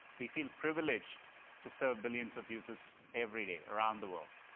we feel privileged to serve billions of users every day around the world,